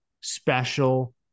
special